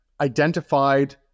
identified